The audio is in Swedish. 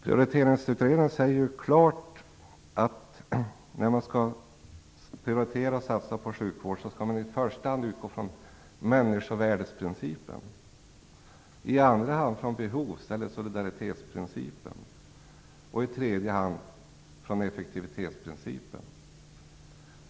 Prioriteringsutredningen säger klart att när man skall prioritera och satsa på sjukvård, skall man i första hand utgå från människovärdesprincipen, i andra hand från behovs eller solidaritetsprincipen och i tredje hand från effektivitetsprincipen.